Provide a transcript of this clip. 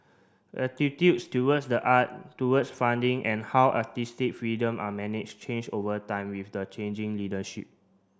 attitudes towards the art towards funding and how artistic freedom are managed change over time with the changing leadership